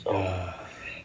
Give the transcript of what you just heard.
!wah!